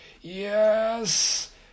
yes